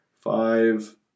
five